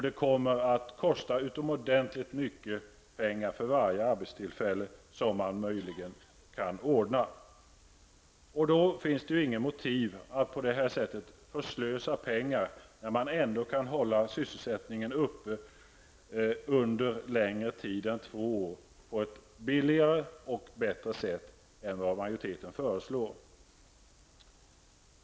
Det kommer att kosta utomordentligt mycket pengar för varje arbetstillfälle som man möjligen kan ordna. Det finns inget motiv att på det sättet förslösa pengar när man ändå kan hålla sysselsättningen uppe under längre tid än två år på ett billigare och bättre sätt än vad majoriteten föreslår.